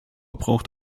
braucht